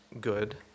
good